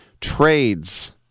Trades